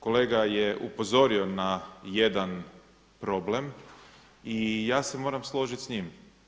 Kolega je upozorio na jedan problem i ja se moram složiti s njim.